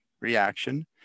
reaction